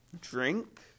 Drink